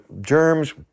germs